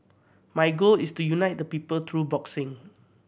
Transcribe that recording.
my goal is to unite the people through boxing